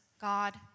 God